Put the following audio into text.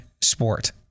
sport